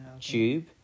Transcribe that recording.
tube